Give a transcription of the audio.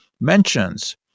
mentions